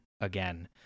again